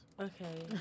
Okay